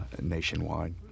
nationwide